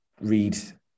read